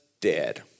dead